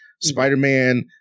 Spider-Man